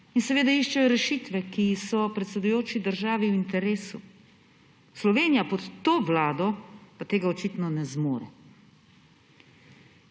in seveda iščejo rešitve, ki so predsedujoči državi v interesu. Slovenija pod to vlado pa tega očitno ne zmore,